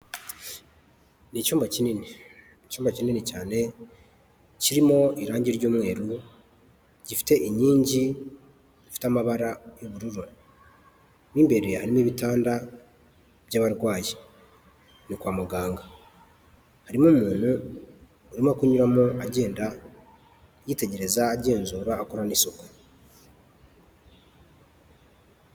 Ni icyumba kinini. Icyumba kinini cyane kirimo irangi ry'umweru gifite inkingi zifite amabara y'ubururu. Mo imbere harimo ibitanda by'abarwayi. Ni kwa muganga harimo umuntu urimo kunyuramo agenda yitegereza agenzura akora n'isuku.